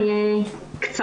אני אהיה קצרה.